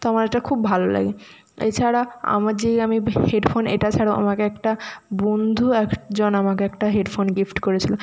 তো আমার এটা খুব ভালো লাগে এছাড়া আমার যেই আমি হেডফোন এটা ছাড়াও আমাকে একটা বন্ধু একজন আমাকে একটা হেডফোন গিফট করেছিলো